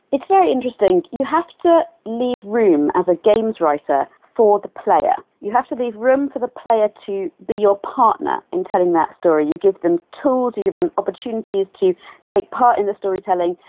it's very interesting, you have to leave room as a games writer for the player. you have to leave room for the player to be your partner in telling that story. you give them tools, you give them opportunities to take part in the storytelling,